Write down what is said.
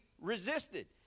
resisted